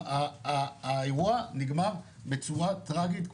האירוע נגמר בצורה טרגית,